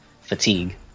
fatigue